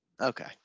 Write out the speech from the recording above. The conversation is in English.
Okay